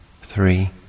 three